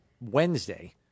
Wednesday